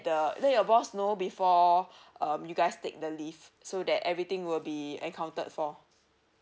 the then your boss know before um you guys take the leave so that everything will be accounted for